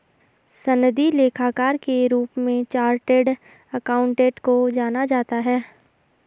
सनदी लेखाकार के रूप में चार्टेड अकाउंटेंट को जाना जाता है